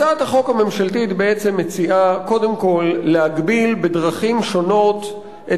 הצעת החוק הממשלתית בעצם מציעה קודם כול להגביל בדרכים שונות את